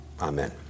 Amen